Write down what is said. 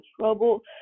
trouble